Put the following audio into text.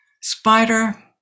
spider